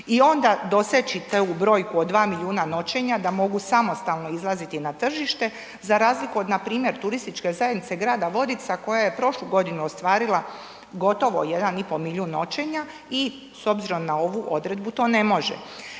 i onda doseći tu brojku od 2 milijuna noćenja da mogu samostalno izlaziti na tržište, za razliku od npr. Turističke zajednice Grada Vodica koja je prošlu godinu ostvarila gotovo 1 i pol milijun noćenja i s obzirom na ovu odredbu to ne može.